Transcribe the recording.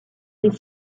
des